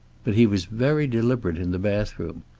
but he was very deliberate in the bathroom.